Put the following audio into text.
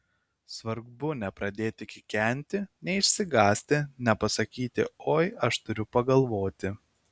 svarbu nepradėti kikenti neišsigąsti nepasakyti oi aš turiu pagalvoti